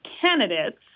candidates